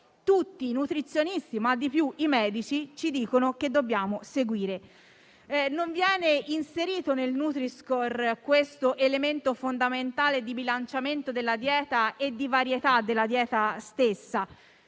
tutti i nutrizionisti e anche i medici ci dicono di seguire. Non viene inserito, nel nutri-score, questo elemento fondamentale di bilanciamento della dieta e di varietà della stessa,